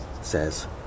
says